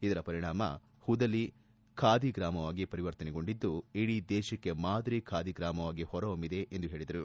ಇದರ ಪರಿಣಾಮ ಹುದಲಿ ಖಾದಿ ಗ್ರಾಮವಾಗಿ ಪರಿವರ್ತನೆಗೊಂಡಿದ್ದು ಇಡೀ ದೇಶಕ್ಕೆ ಮಾದರಿ ಖಾದಿ ಗ್ರಾಮವಾಗಿ ಹೊರಹೊಮ್ಮಿದೆ ಎಂದು ಹೇಳಿದರು